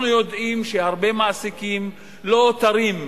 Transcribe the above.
אנחנו יודעים שהרבה מעסיקים לא נעתרים,